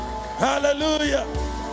Hallelujah